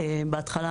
בהתחלה,